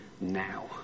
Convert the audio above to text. now